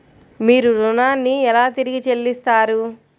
మీరు ఋణాన్ని ఎలా తిరిగి చెల్లిస్తారు?